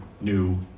new